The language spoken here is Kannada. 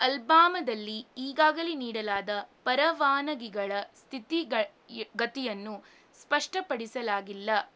ಅಲ್ಬಾಮದಲ್ಲಿ ಈಗಾಗಲೇ ನೀಡಲಾದ ಪರವಾನಗಿಗಳ ಸ್ಥಿತಿಗಳ ಗತಿಯನ್ನು ಸ್ಪಷ್ಟಪಡಿಸಲಾಗಿಲ್ಲ